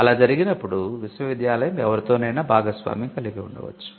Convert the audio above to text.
అలా జరిగినప్పుడు విశ్వవిద్యాలయం ఎవరితోనైనా భాగస్వామ్యం కలిగి ఉండవచ్చు